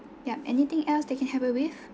yup anything else that can help you with